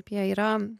jie yra